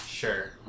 sure